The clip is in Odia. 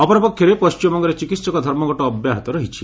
ଅପର ପକ୍ଷରେ ପଶ୍ଚିମବଙ୍ଗରେ ଚିକିତ୍ସକ ଧର୍ମଘଟ ଅବ୍ୟାହତ ରହିଛି